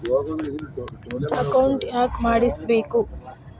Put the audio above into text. Account ಯಾಕ್ ಮಾಡಿಸಬೇಕು?